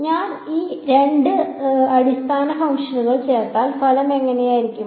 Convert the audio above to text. ഞാൻ ഈ രണ്ട് അടിസ്ഥാന ഫംഗ്ഷനുകൾ ചേർത്താൽ ഫലം എങ്ങനെയായിരിക്കും